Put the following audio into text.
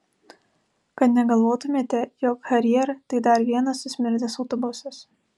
kad negalvotumėte jog harrier tai dar vienas susmirdęs autobusas